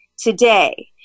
today